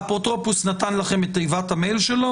האפוטרופוס נתן לכם את תיבת המייל שלו